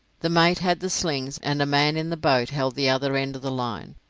the mate had the slings, and a man in the boat held the other end of the line,